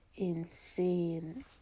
insane